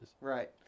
Right